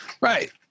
right